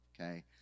okay